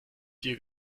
dir